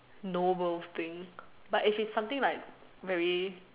nobel thing but if it's some thing like very